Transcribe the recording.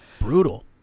Brutal